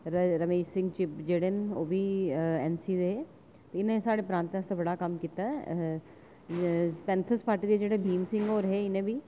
रमेश सिंह चिब जेह्ड़े न ओह्बी एन सी दे हे इनें साढञे प्रांतें आस्तै बड़ा कम्म कीता पैंथर्स पार्टी दे जेह्ड़े भीम सिंह होर हे इनें बी